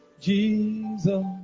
Jesus